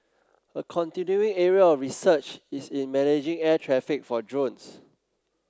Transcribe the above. a continuing area of research is in managing air traffic for drones